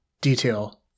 detail